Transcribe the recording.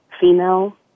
female